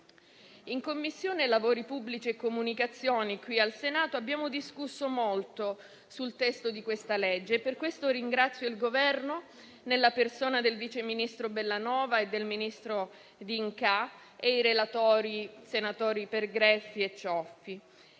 In Commissione lavori pubblici e comunicazioni qui in Senato abbiamo discusso molto sul testo di questo disegno di legge e di ciò ringrazio il Governo, nelle persone del vice ministro Bellanova e del ministro D'Incà, e i relatori, senatori Pergreffi e Cioffi.